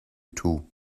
two